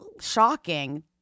shocking